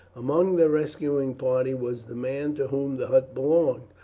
among the rescuing party was the man to whom the hut belonged,